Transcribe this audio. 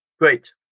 Great